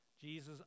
Jesus